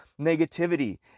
negativity